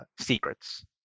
secrets